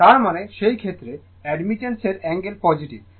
তার মানে সেই ক্ষেত্রে অ্যাডমিটেন্সর অ্যাঙ্গেল পজিটিভ